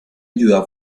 ayudó